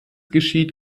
geschieht